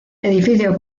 edificio